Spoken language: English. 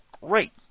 Great